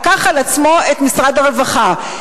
לקח על עצמו את משרד הרווחה.